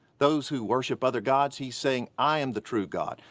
those who worship other gods, he's saying i am the true god.